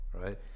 Right